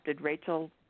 Rachel